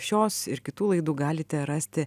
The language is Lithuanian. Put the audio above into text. šios ir kitų laidų galite rasti